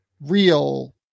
real